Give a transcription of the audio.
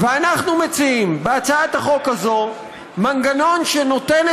ואנחנו מציעים בהצעת החוק הזאת מנגנון שנותן